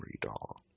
doll